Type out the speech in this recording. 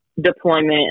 deployment